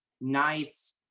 nice